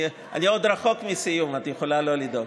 אני עוד רחוק מסיום, את יכולה לא לדאוג.